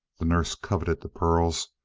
the nurse coveted the pearls,